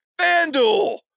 FanDuel